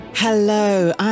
Hello